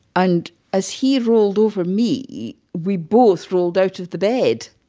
and as he rolled over me, we both rolled out of the bed.